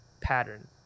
pattern